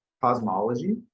cosmology